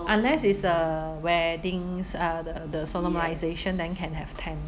unless it's a weddings uh the the solemnisation then can have ten